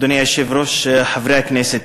אדוני היושב-ראש, חברי הכנסת,